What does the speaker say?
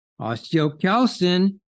osteocalcin